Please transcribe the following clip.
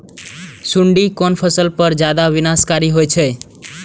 सुंडी कोन फसल पर ज्यादा विनाशकारी होई छै?